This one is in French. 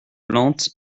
lente